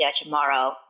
tomorrow